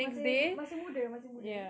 masih masih muda masih muda